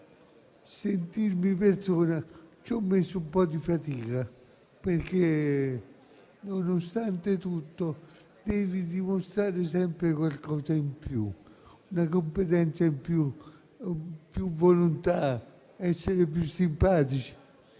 sentirmi persona ci ho messo un po' di fatica perché, nonostante tutto, si deve dimostrare sempre qualcosa in più, una competenza in più, più volontà, essere più simpatici